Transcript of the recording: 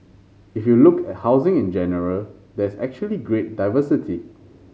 if you look at housing in general there's actually great diversity